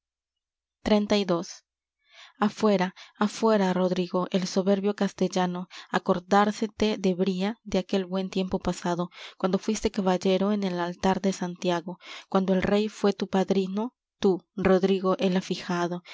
xxxii afuera afuera rodrigo el soberbio castellano acordársete debría de aquel buen tiempo pasado cuando fuíste caballero en el altar de santiago cuando el rey fué tu padrino tú rodrigo el